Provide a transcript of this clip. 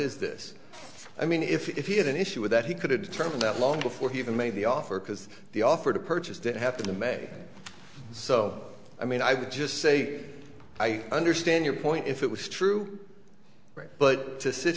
is this i mean if he had an issue with that he could have determined that long before he even made the offer because the offer to purchase didn't have to the mag so i mean i would just say i understand your point if it was true but to sit